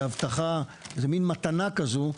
זו מין מתנה כזו,